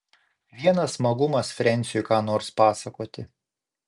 vienas smagumas frensiui ką nors pasakoti